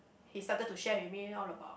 he started to share with me all about